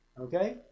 Okay